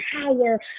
power